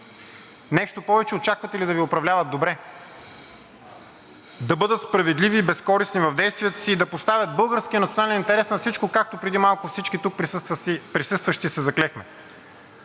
Нещо повече. Очаквате ли да Ви управляват добре? Да бъдат справедливи и безкористни в действията си и да поставят българския национален интерес над всичко, както преди малко всички тук присъстващи се заклехме?